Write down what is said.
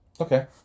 Okay